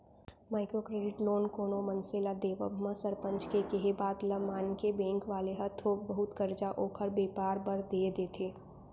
micro credit loan कोनो मनसे ल देवब म सरपंच के केहे बात ल मानके बेंक वाले ह थोक बहुत करजा ओखर बेपार बर देय देथे